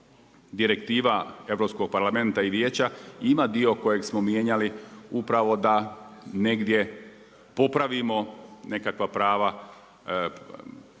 direktiva Europskog parlamenta i Vijeća ima dio kojeg smo mijenjali upravo da negdje popravimo nekakva prava